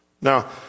Now